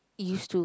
used to